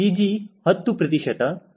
G 10 ಪ್ರತಿಶತ C